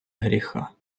гріха